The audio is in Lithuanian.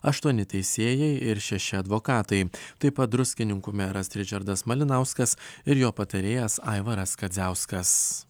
aštuoni teisėjai ir šeši advokatai taip pat druskininkų meras ričardas malinauskas ir jo patarėjas aivaras kadziauskas